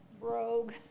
rogue